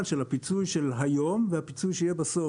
של הפיצוי של היום והפיצוי שיהיה בסוף,